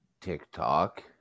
TikTok